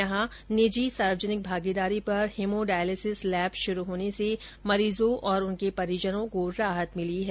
यहां निजी सार्वजनिक भागीदारी पर हीमोडायलिसिस लैब शुरू होने से मरीजों और उनके परिजनों को राहत मिली है